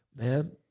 man